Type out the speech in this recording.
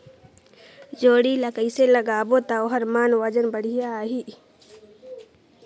जोणी ला कइसे लगाबो ता ओहार मान वजन बेडिया आही?